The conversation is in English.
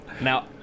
Now